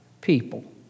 people